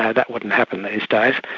yeah that wouldn't happen these days.